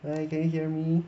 hi can you hear me